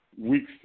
weeks